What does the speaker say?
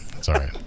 Sorry